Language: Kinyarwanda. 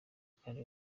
kandi